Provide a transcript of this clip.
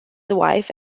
wife